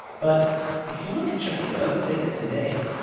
but if you look at shapira's fakes today,